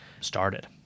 started